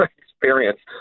experience